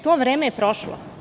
To vreme je prošlo.